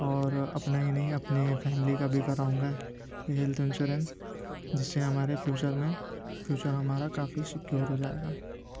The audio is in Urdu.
اور اپنا ہی نہیں اپنی فیملی کا بھی کراؤں گا یہ ہیلتھ انسوریسن جس سے ہمارے فیوچر میں فیوچر ہمارا کافی سیکور ہو جائے گا